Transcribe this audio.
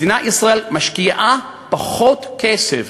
מדינת ישראל משקיעה פחות כסף,